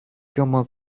como